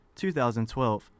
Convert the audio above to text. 2012